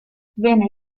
venne